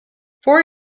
four